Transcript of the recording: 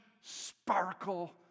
sparkle